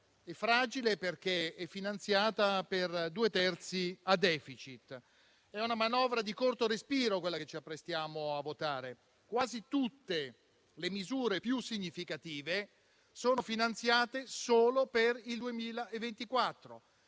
e perché finanziata per due terzi a *deficit*. È una manovra di corto respiro quella che ci apprestiamo a votare: quasi tutte le misure più significative sono finanziate solo per il 2024.